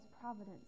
providence